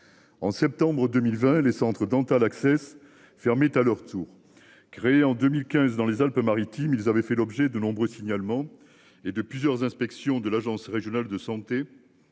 En septembre 2020, les centres dentaires l'Access fermé à leur tour. Créé en 2015 dans les Alpes Maritimes, ils avaient fait l'objet de nombreux signalements et de plusieurs inspections de l'Agence Régionale de Santé.